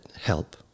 help